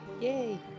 Yay